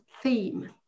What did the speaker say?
theme